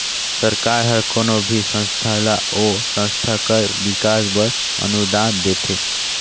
सरकार हर कोनो भी संस्था ल ओ संस्था कर बिकास बर अनुदान देथे